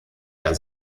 der